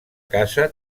casa